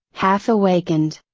half awakened.